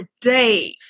Dave